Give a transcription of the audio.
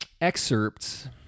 excerpts